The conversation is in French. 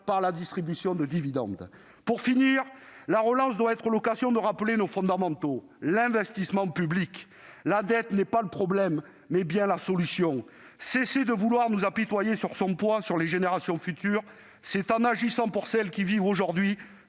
par la distribution de dividendes ! La relance doit être l'occasion de rappeler nos fondamentaux, et notamment l'investissement public. La dette n'est pas le problème, mais bien la solution. Cessez de vouloir nous apitoyer en évoquant son poids pour les générations futures ! C'est en agissant pour celles qui vivent aujourd'hui